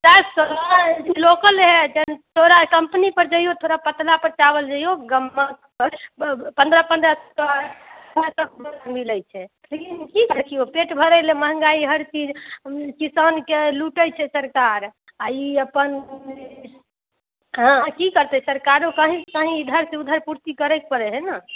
चारि सए लोकलमे हइ थोड़ा कम्पनी पर जइऔ थोड़ा पतलापर चावल जइऔ गमगमपर तब पन्द्रह पन्द्रह सए आओर पाँच सएके बोरी मिलै छै की करत लोक पेट भरय लए महङ्गाइ की किसानके लूटै छै सरकार आ ई अपन हँ की करतै सरकारो कहीं से कहीं इधर से उधर पूर्ति करैक पड़ै हइ ने